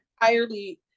entirely